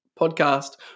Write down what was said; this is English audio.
Podcast